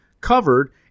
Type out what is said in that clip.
covered